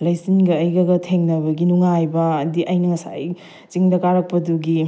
ꯂꯩꯆꯤꯟꯒ ꯑꯩꯒꯒ ꯊꯦꯡꯅꯕꯒꯤ ꯅꯨꯡꯉꯥꯏꯕ ꯍꯥꯏꯗꯤ ꯑꯩꯅ ꯉꯁꯥꯏ ꯆꯤꯡꯗ ꯀꯥꯔꯛꯄꯗꯨꯒꯤ